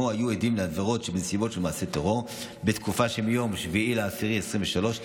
היו עדים לעבירות בנסיבות של מעשי טרור בתקופה שמיום 7 באוקטובר 2023,